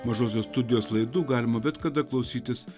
mažosios studijos laidų galima bet kada klausytis